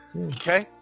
Okay